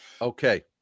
okay